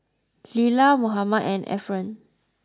Lila Mohammad and Efren